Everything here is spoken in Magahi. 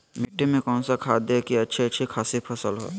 मिट्टी में कौन सा खाद दे की अच्छी अच्छी खासी फसल हो?